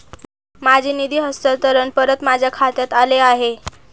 माझे निधी हस्तांतरण परत माझ्या खात्यात आले आहे